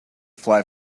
fly